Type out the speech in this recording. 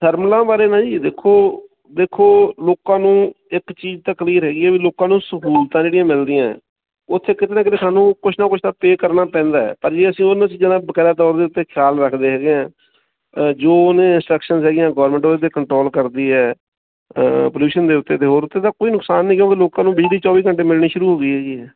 ਥਰਮਲਾਂ ਬਾਰੇ ਨਾ ਜੀ ਦੇਖੋ ਦੇਖੋ ਲੋਕਾਂ ਨੂੰ ਇੱਕ ਚੀਜ਼ ਤਾਂ ਕਲੀਅਰ ਹੈਗੀ ਹੈ ਵੀ ਲੋਕਾਂ ਨੂੰ ਸਹੂਲਤਾਂ ਜਿਹੜੀਆਂ ਮਿਲਦੀਆਂ ਉੱਥੇ ਕਿਤੇ ਨਾ ਕਿਤੇ ਸਾਨੂੰ ਕੁਛ ਨਾ ਕੁਛ ਤਾਂ ਪੇ ਕਰਨਾ ਪੈਂਦਾ ਪਰ ਜੇ ਅਸੀਂ ਉਹਨਾਂ ਚੀਜ਼ਾਂ ਦਾ ਬਕਾਇਦਾ ਤੌਰ ਦੇ ਉੱਤੇ ਖਿਆਲ ਰੱਖਦੇ ਹੈਗੇ ਹਾਂ ਜੋ ਉਹਨੇ ਇੰਸਟਰਕਸ਼ਨ ਹੈਗੀਆਂ ਗਵਰਮੈਂਟ ਉਹਦੇ 'ਤੇ ਕੰਟਰੋਲ ਕਰਦੀ ਹੈ ਪੋਲਿਊਸ਼ਨ ਦੇ ਉੱਤੇ ਅਤੇ ਹੋਰ ਉੱਥੇ ਦਾ ਕੋਈ ਨੁਕਸਾਨ ਨਹੀਂ ਹੈਗਾ ਮਤਲਬ ਲੋਕਾਂ ਨੂੰ ਬਿਜਲੀ ਚੌਵੀ ਘੰਟੇ ਮਿਲਣੀ ਸ਼ੁਰੂ ਹੋ ਗਈ ਹੈ ਜੀ ਇਹ